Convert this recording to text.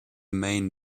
main